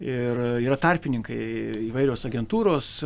ir yra tarpininkai įvairios agentūros